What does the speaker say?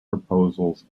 proposals